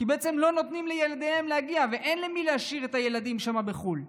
כי בעצם לא נותנים לילדיהם להגיע ואין עם מי להשאיר את הילדים שם בחו"ל.